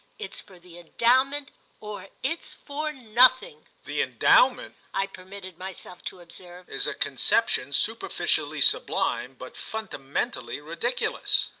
it's for the endowment or it's for nothing. the endowment, i permitted myself to observe, is a conception superficially sublime, but fundamentally ridiculous.